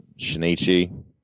Shinichi